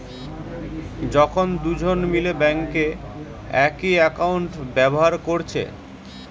যখন দুজন মিলে বেঙ্কে একই একাউন্ট ব্যাভার কোরছে